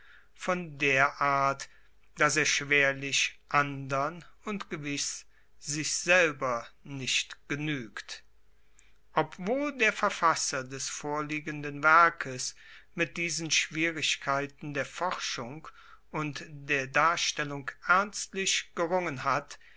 von der art dass er schwerlich andern und gewiss sich selber nicht genuegt obwohl der verfasser des vorliegenden werkes mit diesen schwierigkeiten der forschung und der darstellung ernstlich gerungen hat